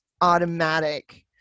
automatic